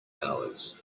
hours